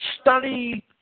study